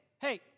hey